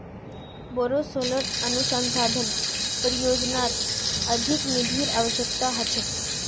बोरो सोलर अनुसंधान परियोजनात अधिक निधिर अवश्यकता ह छेक